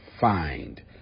Find